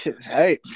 Hey